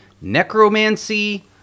necromancy